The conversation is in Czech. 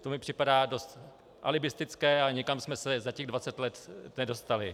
To mi připadá dost alibistické a nikam jsme se za těch dvacet let nedostali.